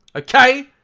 okay?